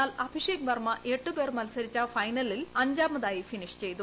എന്നാൽ അഭിഷേക് വർമ്മ എട്ട് പേർ മത്സരിച്ച ഫൈനലിൽ അഞ്ചാമതായി ഫിനിഷ് ചെയ്തു